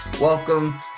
welcome